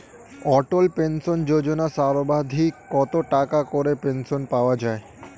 অটল pension Yojana সর্বাধিক কত টাকা করে পেনশন পাওয়া যায়?